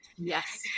Yes